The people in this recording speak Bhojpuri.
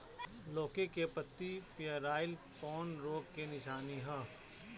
लौकी के पत्ति पियराईल कौन रोग के निशानि ह?